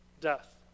death